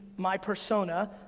my persona,